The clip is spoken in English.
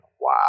Wow